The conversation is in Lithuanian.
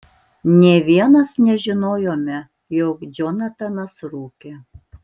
nė vienas nežinojome jog džonatanas rūkė